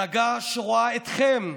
הנהגה שרואה אתכם,